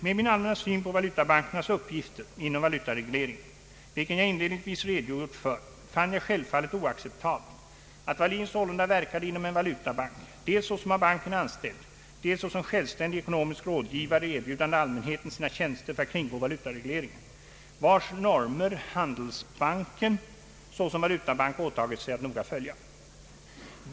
Med min allmänna syn på valutabankernas uppgifter inom valutaregleringen, vilken jag inledningsvis redogjort för, fann jag självfallet oacceptabelt, att Wallin sålunda verkade inom en valutabank dels såsom av banken anställd dels såsom självständig ekonomisk rådgivare erbjudande allmänheten sina tjänster för att kringgå valutaregleringen, vars normer handelsbanken såsom valutabank åtagit sig att noga följa.